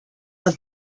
are